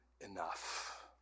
enough